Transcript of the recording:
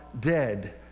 dead